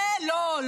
זה לא,